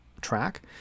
track